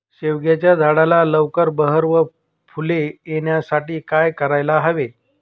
शेवग्याच्या झाडाला लवकर बहर व फूले येण्यासाठी काय करायला हवे?